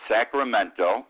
Sacramento